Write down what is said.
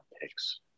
picks